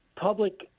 public